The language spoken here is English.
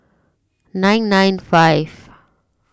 nine nine five